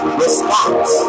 response